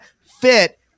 fit